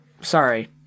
Sorry